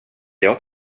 jag